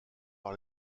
par